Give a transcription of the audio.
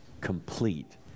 complete